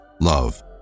love